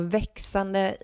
växande